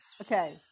Okay